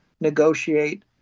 negotiate